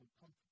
comfort